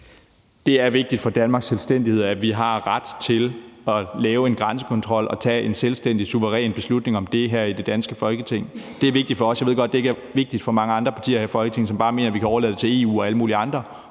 Det er vigtigt for Danmarks selvstændighed, at vi har ret til at lave en grænsekontrol og tage en selvstændig, suveræn beslutning om det her i det danske Folketing. Det er vigtigt for os. Jeg ved godt, at det ikke er vigtigt for mange andre partier her i Folketinget, som bare mener, at vi kan overlade det til EU og alle mulige andre